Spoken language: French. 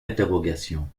interrogation